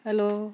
hello